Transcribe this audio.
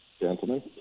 gentlemen